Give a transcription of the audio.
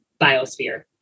biosphere